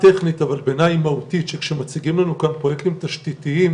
מצב התחבורה והתחבורתי בארץ יש לו השלכות ישירות גם על שוק העבודה בארץ,